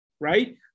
right